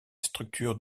structure